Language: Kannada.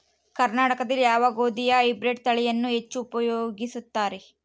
ಕರ್ನಾಟಕದಲ್ಲಿ ಯಾವ ಗೋಧಿಯ ಹೈಬ್ರಿಡ್ ತಳಿಯನ್ನು ಹೆಚ್ಚು ಉಪಯೋಗಿಸುತ್ತಾರೆ?